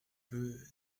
peu